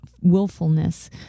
willfulness